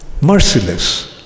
Merciless